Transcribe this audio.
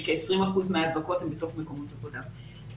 שכ-20 אחוזים מההדבקות הם בתוך מקומות עבודה.